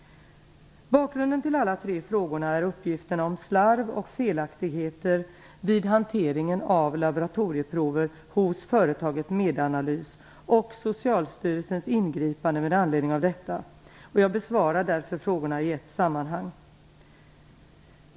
Bakgrunden till alla tre frågorna är uppgifterna om slarv och felaktigheter vid hanteringen av laboratorieprover hos företaget Medanalys och Socialstyrelsens ingripande med anledning av detta. Jag besvarar därför frågorna i ett sammanhang.